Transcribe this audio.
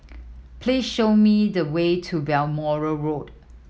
please show me the way to Balmoral Road